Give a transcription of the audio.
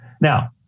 Now